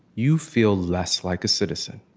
you feel less like a citizen.